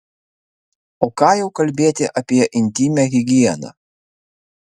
o ką jau kalbėti apie intymią higieną